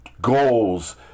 goals